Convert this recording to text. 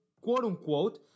quote-unquote